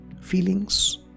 feelings